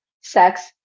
sex